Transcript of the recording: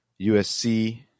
USC